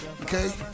Okay